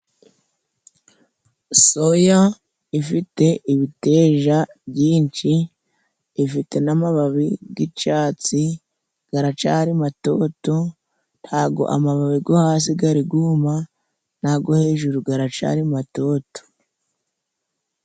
Soya ifite ibiteja byinshi, ifite n'amababi g'icatsi garacari matoto, ntago amababi go hasi gari guma, nago hejuru garacari matoto.